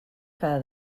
cada